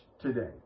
today